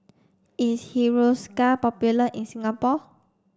is Hiruscar popular in Singapore